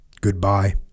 Goodbye